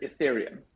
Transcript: Ethereum